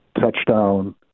touchdown